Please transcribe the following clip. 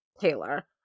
Taylor